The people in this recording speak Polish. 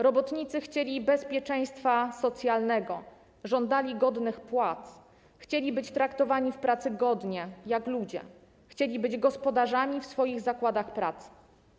Robotnicy chcieli bezpieczeństwa socjalnego, żądali godnych płac, chcieli być traktowani w pracy godnie, jak ludzie, chcieli być gospodarzami w swoich zakładach pracy.